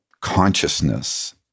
consciousness